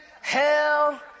hell